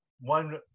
one